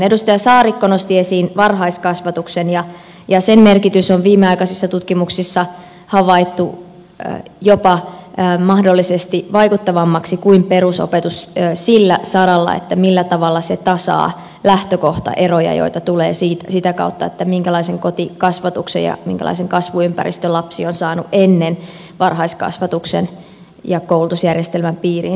edustaja saarikko nosti esiin varhaiskasvatuksen ja sen merkitys on viimeaikaisissa tutkimuksissa havaittu jopa mahdollisesti vaikuttavammaksi kuin perusopetuksen siinä millä tavalla se tasaa lähtökohtaeroja joita tulee sitä kautta minkälaisen kotikasvatuksen ja kasvuympäristön lapsi on saanut ennen varhaiskasvatuksen ja koulutusjärjestelmän piiriin siirtymistä